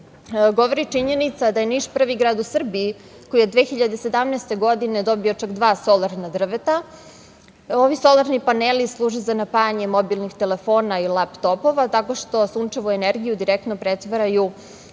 govori činjenica da je Niš prvi grad u Srbiji koji je od 2017. godine dobio, čak dva solarna drveta. Ovi solarni paneli služe za napajanje mobilnih telefona i laptopova tako što sunčevu energiju direktno pretvaraju u